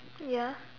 ya